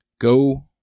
Go